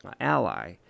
ally